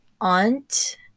aunt